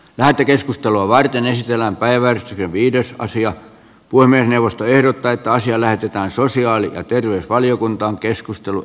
lähetekeskustelua varten jos jonain päivänä viides paasio poimia puhemiesneuvosto ehdottaa että asia lähetetään sosiaali ja terveysvaliokuntaan